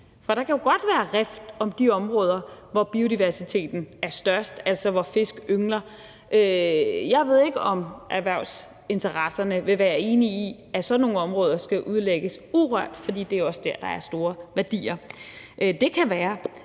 for der kan godt være rift om de områder, hvor biodiversiteten er størst, altså hvor fisk yngler. Jeg ved ikke, om erhvervsinteresserne vil være enig i, at sådan nogle områder skal udlægges urørt, for det er også der, der er store værdier. Det kan være,